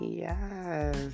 Yes